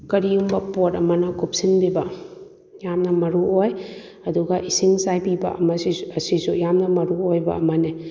ꯀꯔꯤꯒꯨꯝꯕ ꯄꯣꯠ ꯑꯃꯅ ꯀꯨꯞꯁꯤꯟꯕꯤꯕ ꯌꯥꯝꯅ ꯃꯔꯨꯑꯣꯏ ꯑꯗꯨꯒ ꯏꯁꯤꯡ ꯆꯥꯏꯕꯤꯕ ꯑꯁꯤꯁꯨ ꯌꯥꯝꯅ ꯃꯔꯨꯑꯣꯏꯕ ꯑꯃꯅꯤ